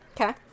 Okay